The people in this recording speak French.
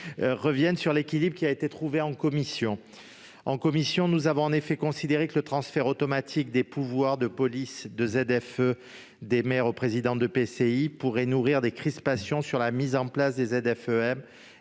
revenir sur l'équilibre trouvé par la commission. Nous avons en effet considéré que le transfert automatique des pouvoirs de police de ZFE-m des maires aux présidents d'EPCI pourrait nourrir des crispations sur la mise en place des ZFE-m